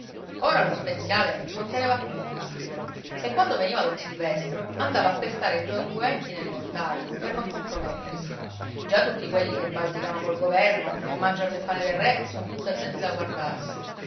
ora lo speziale non teneva più cattedra e quando veniva don silvestro andava a pestare i suoi unguenti nel mortaio per non compromettersi già tutti quelli che bazzicano col governo e mangiano il pane del re son tutta gente da guardarsene